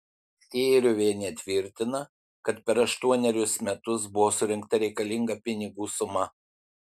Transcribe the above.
skėruvienė tvirtina kad per aštuonerius metus buvo surinkta reikiama suma pinigų